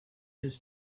his